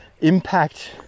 impact